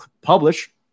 publish